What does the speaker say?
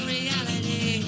Reality